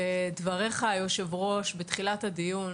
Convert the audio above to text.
דבריך, היושב-ראש, בתחילת הדיון